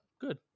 good